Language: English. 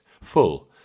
full